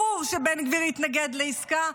ברור שבן גביר יתנגד לעסקה,